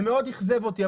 זה מאוד אכזב אותי.